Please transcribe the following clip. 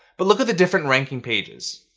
but look at the different ranking pages.